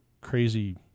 crazy